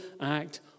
act